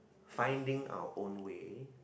finding our own way